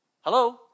Hello